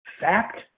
fact